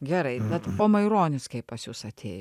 gerai bet o maironis kaip pas jus atėj